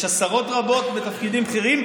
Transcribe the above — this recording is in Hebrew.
יש עשרות רבות בתפקידים בכירים,